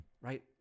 right